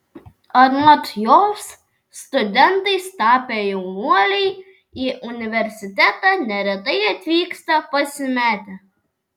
anot jos studentais tapę jaunuoliai į universitetą neretai atvyksta pasimetę